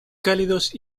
cálidos